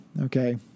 Okay